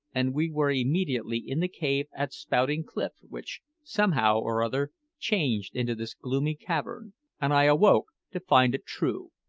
and we were immediately in the cave at spouting cliff, which, somehow or other changed into this gloomy cavern and i awoke to find it true.